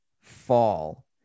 fall